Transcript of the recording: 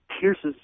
pierces